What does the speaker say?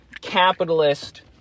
capitalist